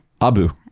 abu